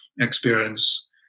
experience